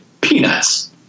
peanuts